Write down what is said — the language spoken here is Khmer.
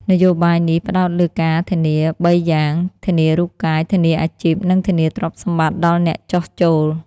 នយោបាយនេះផ្ដោតលើការធានាបីយ៉ាង៖ ធានារូបកាយ ធានាអាជីព និងធានាទ្រព្យសម្បត្តិដល់អ្នកចុះចូល។